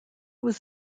was